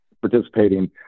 participating